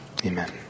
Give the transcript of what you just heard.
Amen